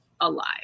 alive